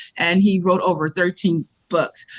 and he wrote over thirteen books.